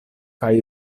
kaj